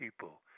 people